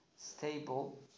stable